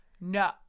No